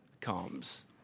comes